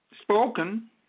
spoken